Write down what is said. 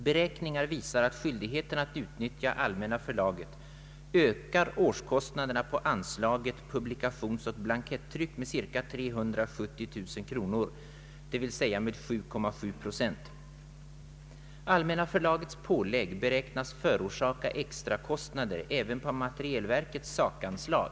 Beräkningar visar att skyldigheten att utnyttja Allmänna förlaget ökar årskostnaderna på anslaget L 13 Publikationsoch blankettryck med ca 370 000 kr., dvs. med 7,7 procent. Allmänna förlagets pålägg beräknas förorsaka extra kostnader även på materielverkets sakanslag <:(materielbeskrivningar, skötselföreskrifter o.